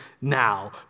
now